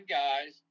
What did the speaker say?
guys